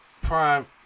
Prime